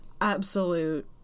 absolute